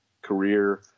Career